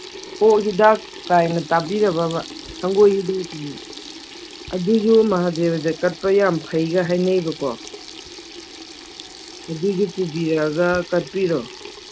ꯑꯣꯛ ꯍꯤꯗꯥꯛ ꯀꯥꯏꯅ ꯇꯥꯕꯤꯔꯕꯕ ꯁꯪꯒꯣꯏꯗꯩꯅꯤ ꯑꯗꯨꯁꯨ ꯃꯍꯥꯗꯦꯕꯗ ꯀꯠꯄ ꯌꯥꯝ ꯐꯩꯀ ꯍꯥꯏꯅꯩꯕꯀꯣ ꯑꯗꯨꯁꯨ ꯄꯨꯕꯤꯔꯛꯑꯒ ꯀꯠꯄꯤꯔꯣ